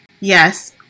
yes